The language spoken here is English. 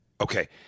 Okay